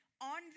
on